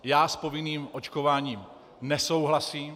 Já s povinným očkováním nesouhlasím.